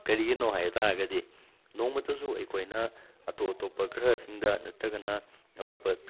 ꯀꯔꯤꯒꯤꯅꯣ ꯍꯥꯏꯕ ꯇꯥꯔꯒꯗꯤ ꯅꯣꯡꯃꯇꯁꯨ ꯑꯩꯈꯣꯏꯅ ꯑꯇꯣꯞ ꯑꯇꯣꯞꯄ ꯒ꯭ꯔꯍꯁꯤꯡꯗ ꯅꯠꯇ꯭ꯔꯒꯅ ꯑꯇꯣꯞꯄ